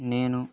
నేను